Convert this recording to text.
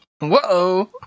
Whoa